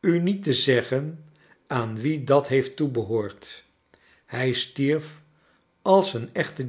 u niet te zeggen aan wien dat heeft toebehoord hij stierf als een echte